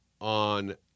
on